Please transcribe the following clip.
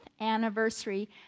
anniversary